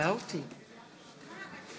(הישיבה נפסקה